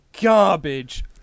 garbage